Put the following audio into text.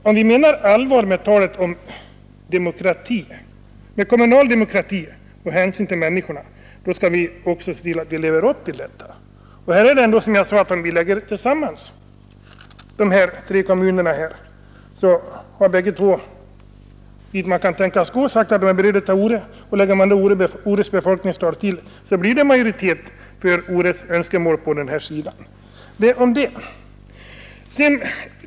Om vi menar allvar med talet om kommunal demokrati och hänsyn till människorna, måste vi också leva upp till detta. Det är ändå, som jag sade, så att om vi lägger tillsammans befolkningstalen i de kommuner vilka är aktuella i denna sammanläggningsfråga med Ores invånarantal, får denna kommun ” majoritet” för sitt önskemål.